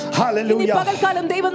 hallelujah